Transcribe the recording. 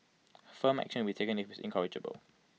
firm action will be taken if he is incorrigible